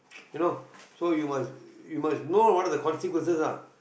you know so you must know what are the consequences ah